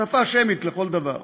שפה שמית לכל דבר.